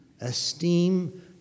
esteem